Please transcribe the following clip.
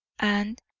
and,